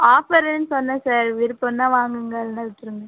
ஆஃபர்ன்னு சொன்னேன் சார் விருப்பம் இருந்தால் வாங்குங்க இல்லை விட்டுருங்க